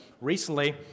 Recently